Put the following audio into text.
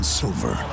silver